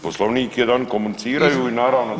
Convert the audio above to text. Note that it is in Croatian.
Poslovnik je da oni komuniciraju i naravno da